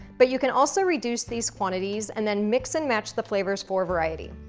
but, you can also reduce these quantities, and then mix and match the flavors for variety.